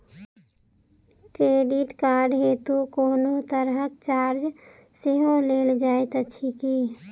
Credit card हेतु कोनो तरहक चार्ज सेहो लेल जाइत अछि की?